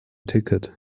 ticket